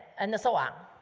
and so on,